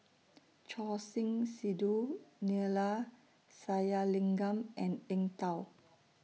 Choor Singh Sidhu Neila Sathyalingam and Eng Tow